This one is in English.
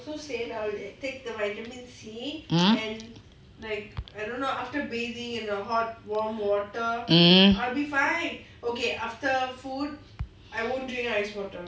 um mmhmm